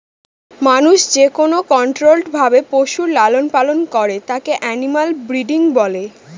মানুষ যেকোনো কন্ট্রোল্ড ভাবে পশুর লালন পালন করে তাকে এনিম্যাল ব্রিডিং বলে